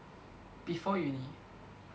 before uni